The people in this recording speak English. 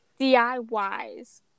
DIYs